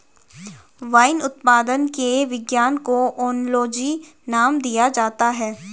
wine उत्पादन के विज्ञान को ओनोलॉजी नाम दिया जाता है